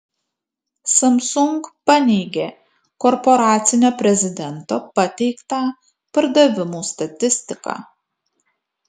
samsung paneigė korporacinio prezidento pateiktą pardavimų statistiką